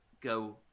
go